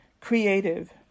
creative